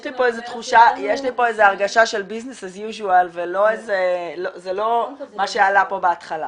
יש לי פה איזה הרגשה של ביזנס אס יוז'ואל וזה לא מה שעלה פה בהתחלה.